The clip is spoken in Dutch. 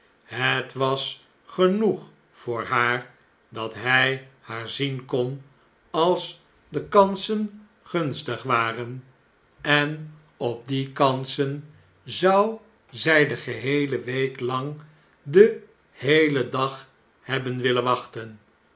het was genoeg voor haar dat hij haar zien kon als de kansen gunstig waren en op die kansen zou zjj de geheele week lang den heelen dag hebben willen wachten